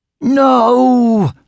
No